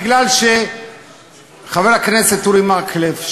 בגלל שחבר הכנסת אורי מקלב,